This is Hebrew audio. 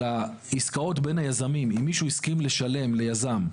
אם מישהו הסכים לשלם ליזם,